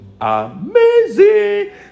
amazing